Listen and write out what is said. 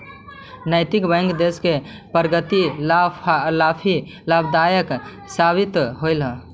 नैतिक बैंक देश की प्रगति ला काफी लाभदायक साबित होवअ हई